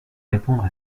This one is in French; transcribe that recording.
répondre